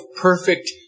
perfect